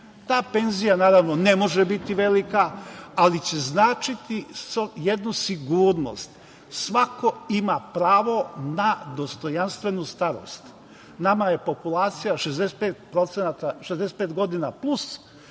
Ta penzija, naravno ne može biti velika, ali će značiti jednu sigurnost, svako ima pravo na dostojanstvenu starost. Nama je populacija 65 godina plus